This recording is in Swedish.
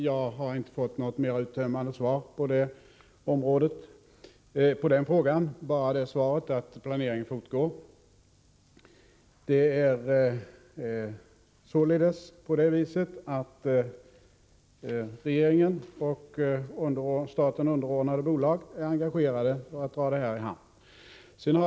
Jag har inte fått något mer uttömmande svar på det — bara svaret att planeringen fortgår. Det är således på det viset att regeringen och staten underordnade bolag är engagerade för att dra det här i hamn.